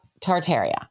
Tartaria